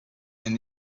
and